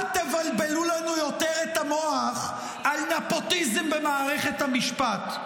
אל תבלבלו לנו יותר את המוח על נפוטיזם במערכת המשפט.